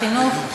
חינוך.